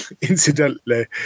Incidentally